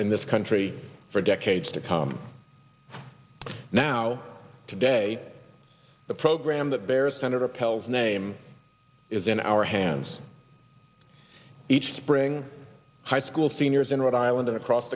in this country for decades to come now today the program that bears senator pelz name is in our hands each spring high school seniors in rhode island and across